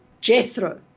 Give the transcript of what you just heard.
Jethro